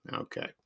okay